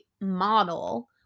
model